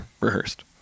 rehearsed